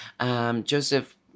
Joseph